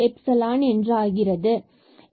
So Aϵஆகிறது